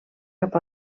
cap